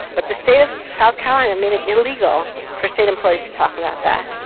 but the state of south carolina made it illegal for state employees to talk about that.